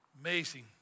Amazing